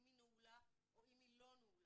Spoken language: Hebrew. אם היא נעולה או אם היא לא נעולה,